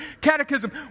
Catechism